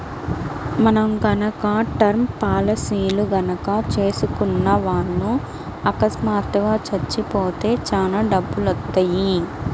మనం గనక టర్మ్ పాలసీలు గనక చేసుకున్న వాళ్ళు అకస్మాత్తుగా చచ్చిపోతే చానా డబ్బులొత్తయ్యి